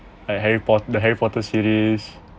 like harry potter the harry potter series